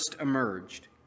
emerged